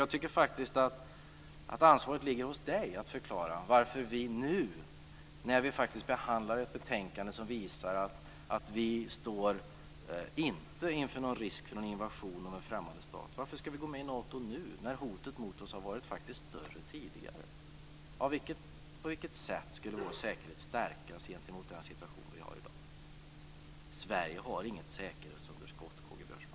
Jag tycker faktiskt att ansvaret ligger hos K-G Biörsmark att förklara varför vi ska göra detta nu, när vi faktiskt behandlar ett betänkande som visar att vi inte står inför någon risk för en invasion av en främmande stat. Varför ska vi gå med i Nato nu när hotet mot oss faktiskt har varit större tidigare? På vilket sätt skulle vår säkerhet stärkas i förhållande till den situation vi har i dag? Sverige har inget säkerhetsunderskott, K-G Biörsmark.